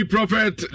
Prophet